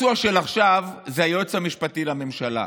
הפצוע של עכשיו זה היועץ המשפטי לממשלה.